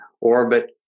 orbit